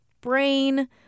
brain